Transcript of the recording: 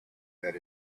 that